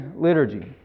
liturgy